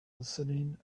listening